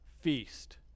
feast